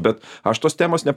bet aš tos temos ne